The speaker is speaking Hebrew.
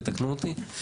תתקנו אותי,